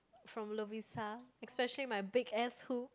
from Lovisa especially my big ass hoop